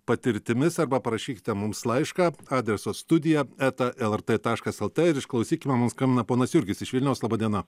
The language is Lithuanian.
patirtimis arba parašykite mums laišką adresu studija eta lrt taškas lt ir išklausykim mums skambina ponas jurgis iš vilniaus laba diena